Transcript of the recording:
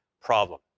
problem